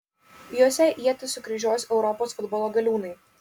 jose ietis sukryžiuos europos futbolo galiūnai